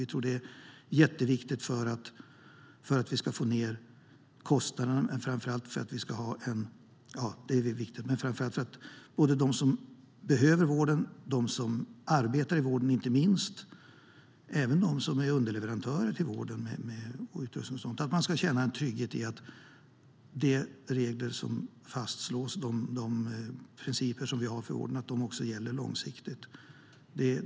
Vi tror att det är jätteviktigt för att vi ska få ned kostnaderna, men framför allt för att de som behöver vården och inte minst de som arbetar i vården, samt även underleverantörer som står för utrustning och sådant, ska känna en trygghet i att de regler som fastslås och de principer som vi har förordnat om gäller långsiktigt.